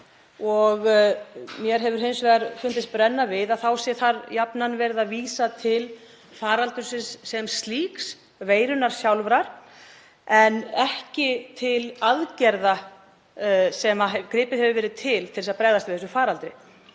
Mér hefur hins vegar fundist brenna við að þá sé þar jafnan verið að vísa til faraldursins sem slíks, veirunnar sjálfrar, en ekki til aðgerða sem gripið hefur verið til til að bregðast við faraldrinum.